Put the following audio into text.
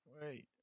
wait